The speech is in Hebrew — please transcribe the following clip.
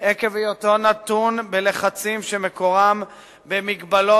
עקב היותו נתון בלחצים שמקורם במגבלות